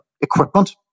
equipment